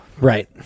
right